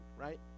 right